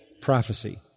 prophecy